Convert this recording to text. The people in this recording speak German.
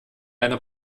einer